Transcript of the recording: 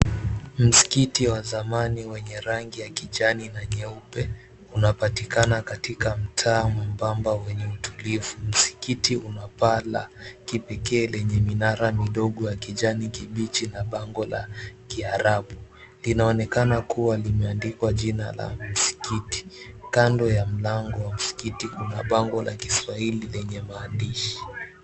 Msikiti wa zamani wenye rangi ya kijani na nyeupe unapatikana katika mtaa mwembamba wenye utulivu. Msikiti una paa la kipekee yenye minara midogo ya kijanikibichi na bango la Kiarabu linaonekana kuwa limeandikwa jina la msikiti. Kando ya mlango wa msikiti kuna bango la kishwahili lenye maandishi.